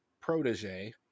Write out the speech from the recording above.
protege